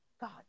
God